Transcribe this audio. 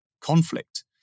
conflict